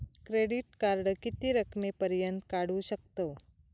Credit card किती रकमेपर्यंत काढू शकतव?